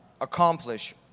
accomplish